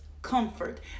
Comfort